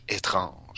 étrange